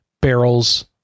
barrels